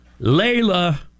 layla